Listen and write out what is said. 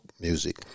music